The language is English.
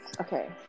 Okay